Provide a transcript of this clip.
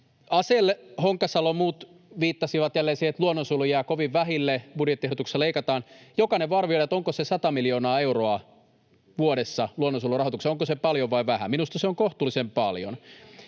Asell, Honkasalo ja muut viittasivat jälleen siihen, että luonnonsuojelu jää kovin vähille, budjettiehdotuksessa leikataan. Jokainen voi arvioida, onko se 100 miljoonaa euroa vuodessa luonnonsuojelurahoitukseen paljon vai vähän. Minusta se on kohtuullisen paljon.